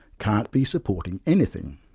can't be supporting anything.